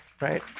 right